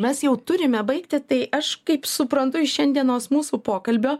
mes jau turime baigti tai aš kaip suprantu iš šiandienos mūsų pokalbio